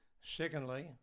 Secondly